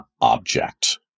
object